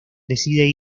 decide